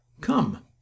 come